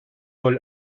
rol